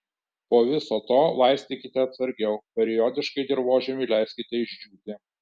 po viso to laistykite atsargiau periodiškai dirvožemiui leiskite išdžiūti